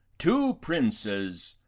two princes,